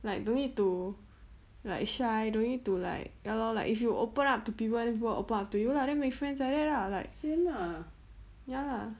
like don't need to like shy don't you need to like ya lor like if you open up to people then people will open up to you lah then make friends like that lah like ya lah